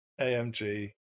AMG